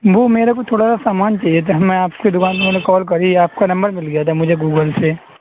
وہ میرے کو تھوڑا سا سامان چاہیے تھا میں آپ کی دُکان پہ میں نے کال کی آپ کا نمبر مِل گیا تھا مجھے گوگل سے